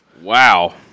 Wow